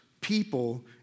people